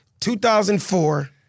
2004